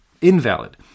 invalid